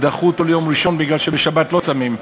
ודחו אותו ליום ראשון, כי בשבת לא צמים.